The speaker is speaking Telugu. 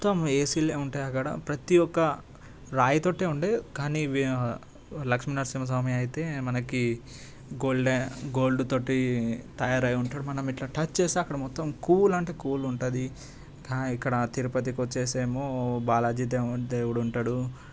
మొత్తం ఏసీలే ఉంటాయి అక్కడ ప్రతి ఒక్క రాయితోటే ఉండే కానీ లక్ష్మీనరసింహస్వామి అయితే మనకి గోల్డెన్ గోల్డ్ తోటి తయారు అయి ఉంటాడు మనం ఇట్లా టచ్ చేసి అక్కడ మొత్తం కూల్ అంటే కూల్ ఉంటుంది ఇక్కడ తిరుపతికి వచ్చేసేమో బాలాజీ దేవ్ దేవుడు ఉంటాడు